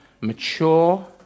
mature